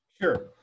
Sure